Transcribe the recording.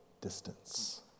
distance